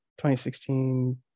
2016